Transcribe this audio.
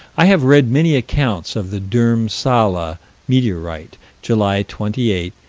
i have read many accounts of the dhurmsalla meteorite july twenty eight,